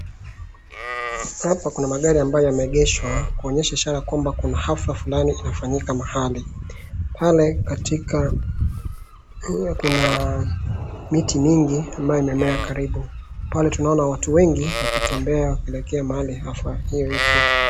Hapa kuna magari ambayo yameegeshwa kuonyesha ishara kwamba kuna hafla fulani inafanyika mahali, pale katika kuna miti mingi ambayo imemea karibu, pale tunaona watu wengi wakitembea wakieleka mahali hafla hiyo iko.